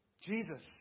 Jesus